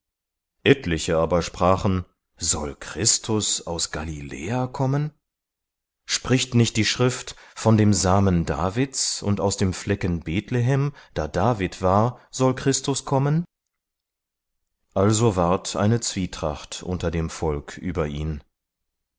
etliche aber sprachen soll christus aus galiläa kommen spricht nicht die schrift von dem samen davids und aus dem flecken bethlehem da david war soll christus kommen also ward eine zwietracht unter dem volk über ihn